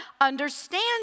understand